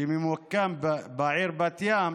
שממוקם בעיר בת ים,